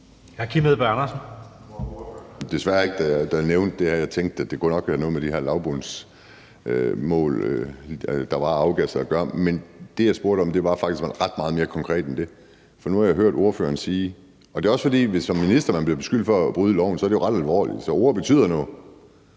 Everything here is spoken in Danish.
(DD): Nu var ordføreren her desværre ikke, da jeg nævnte det her. Jeg tænkte, det nok kunne have noget med de her lavbundsjorder, der var afgasset, at gøre. Men det, jeg spurgte om, var faktisk noget ret meget mere konkret end det. For hvis man som minister bliver beskyldt for at bryde loven, er det jo ret alvorligt, så ord betyder noget.